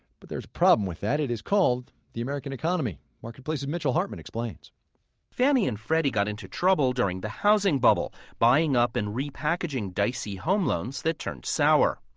but there's a problem with that. it is called the american economy marketplace's mitchell hartman explains fannie and freddie got into trouble during the housing bubble, buying up and repackaging dicey home loans that turned sour.